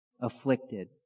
afflicted